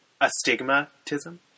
astigmatism